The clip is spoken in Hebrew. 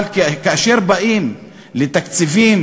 אבל כאשר באים לתקציבים